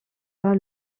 pas